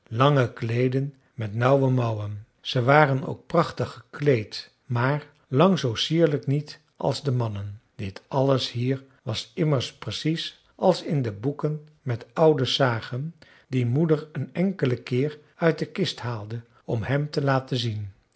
lange kleederen met nauwe mouwen ze waren ook prachtig gekleed maar lang zoo sierlijk niet als de mannen dit alles hier was immers precies als in de boeken met oude sagen die moeder een enkelen keer uit de kist haalde om hem te laten zien